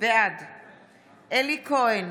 בעד אלי כהן,